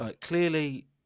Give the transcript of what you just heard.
clearly